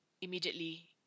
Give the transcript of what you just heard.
immediately